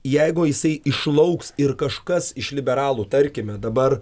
jeigu jisai išlauks ir kažkas iš liberalų tarkime dabar